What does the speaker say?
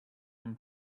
him